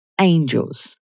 angels